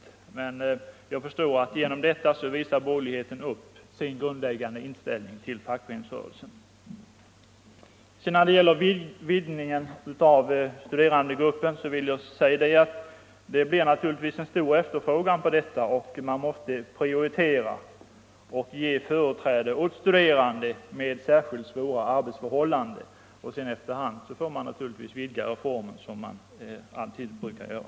Jag menar att borgerligheten ' genom sitt agerande här visar upp sin verkliga inställning till fackföreningsrörelsen. När det gäller vidgningen av studerandegruppen vill jag säga att det naturligtvis blir en stor efterfrågan på detta studiestöd. Man måste då prioritera och ge företräde åt studerande med särskilt svåra arbetsförhållanden. Efter hand får vi naturligtvis vidga reformen på det sätt som alltid brukar ske.